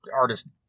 artists